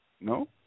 No